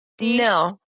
No